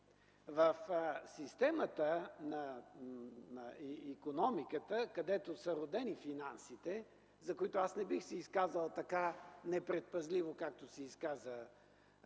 В системата на икономиката, където са родени финансите, за които аз не бих се изказал така непредпазливо, както се изказа